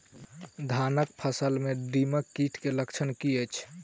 धानक फसल मे दीमक कीट केँ लक्षण की अछि?